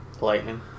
Lightning